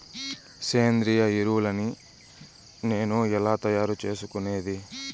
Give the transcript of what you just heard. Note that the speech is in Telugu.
సేంద్రియ ఎరువులని నేను ఎలా తయారు చేసుకునేది?